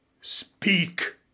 speak